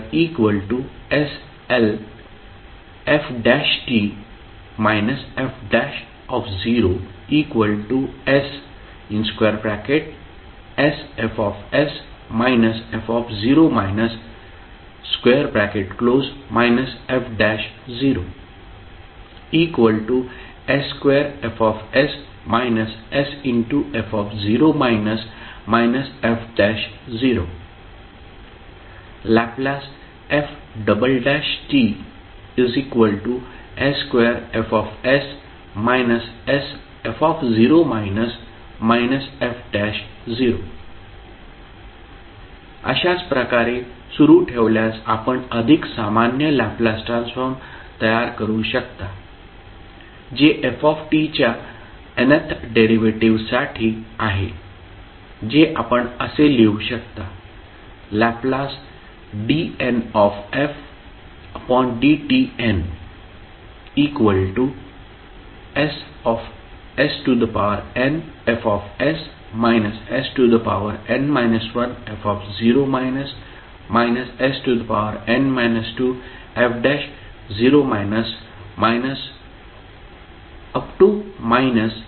Ld2fdt2sLf f0ssFs f f0 s2Fs sf f0 Lf s2Fs sf f0 अशाच प्रकारे सुरू ठेवल्यास आपण अधिक सामान्य लॅपलास ट्रान्सफॉर्म तयार करू शकता जे f च्या nth डेरिव्हेटिव्हसाठी आहे जे आपण असे लिहू शकता Ldnfdtn snFs sn 1f sn 2f0